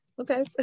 Okay